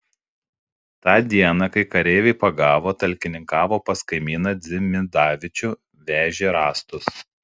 tą dieną kai kareiviai pagavo talkininkavo pas kaimyną dzimidavičių vežė rąstus